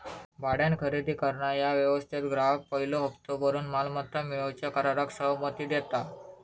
भाड्यान खरेदी करणा ह्या व्यवस्थेत ग्राहक पयलो हप्तो भरून मालमत्ता मिळवूच्या कराराक सहमती देता